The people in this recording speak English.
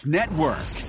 Network